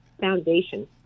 foundation